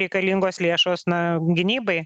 reikalingos lėšos na gynybai